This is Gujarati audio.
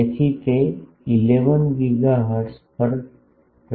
તેથી તે 11 ગીગાહર્ટ્ઝ પર 22